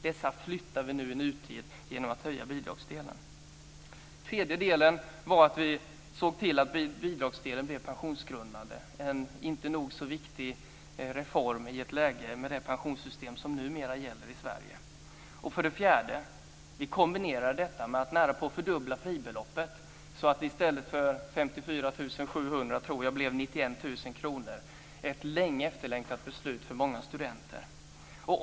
Dessa flyttar vi nu i nutid genom att höja bidragsdelen. Det tredje var att vi såg till att bidragsdelen blev pensionsgrundande, en nog så viktig reform i ett läge med det pensionssystem som numera gäller i Sverige. Det fjärde var att vi kombinerade detta med att nära nog fördubbla fribeloppet så att det i stället för, tror jag, 54 700 kr blev 91 000 kr. Det var ett länge efterlängtat beslut för många studenter.